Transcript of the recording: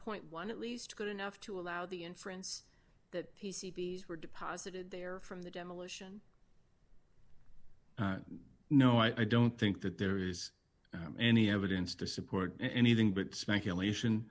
point one at least good enough to allow the inference that the c p s were deposited there from the demolition no i don't think that there is any evidence to support anything but speculation